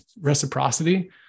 reciprocity